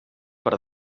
per